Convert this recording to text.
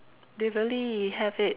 they really have it